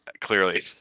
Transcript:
clearly